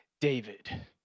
David